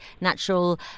natural